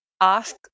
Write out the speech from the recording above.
ask